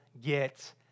get